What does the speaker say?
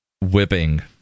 Whipping